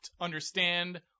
understand